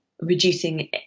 reducing